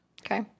Okay